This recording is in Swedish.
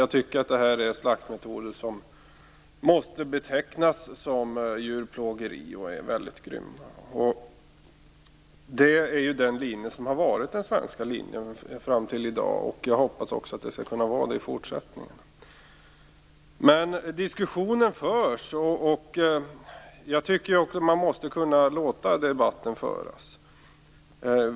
Jag tycker att det här är slaktmetoder som måste betecknas som djurplågeri och är väldigt grymma. Det är den linje som har varit den svenska linjen fram till i dag. Jag hoppas att det kan vara det också i fortsättningen. Diskussionen förs, och jag tycker att man måste låta diskussionen föras.